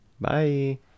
bye